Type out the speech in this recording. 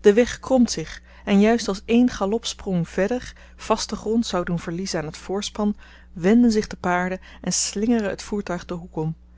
de weg kromt zich en juist als één galopsprong verder vasten grond zou doen verliezen aan t voorspan wenden zich de paarden en slingeren het voertuig den hoek om